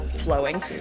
Flowing